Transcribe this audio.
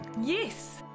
Yes